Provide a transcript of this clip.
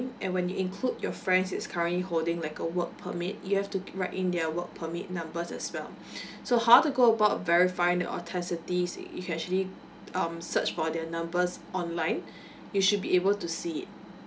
and when you include your friends is currently holding like a work permit you have to keep right in their work permit numbers as well so how to go about verify the authenticity is actually um search for their numbers online you should be able to see it